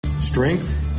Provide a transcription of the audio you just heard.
Strength